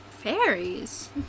Fairies